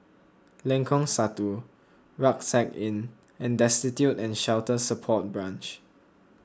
Lengkong Satu Rucksack Inn and Destitute and Shelter Support Branch